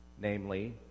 namely